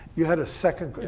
you had a second,